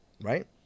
right